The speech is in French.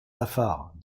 lafare